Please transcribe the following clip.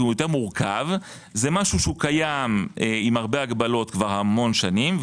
הוא יותר מורכב - זה משהו שקיים עם הרבה הגבלות כבר המון שנים.